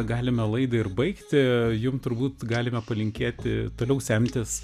galime laidą ir baigti jum turbūt galime palinkėti toliau semtis